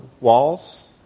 walls